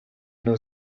nos